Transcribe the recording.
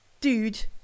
dude